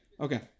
okay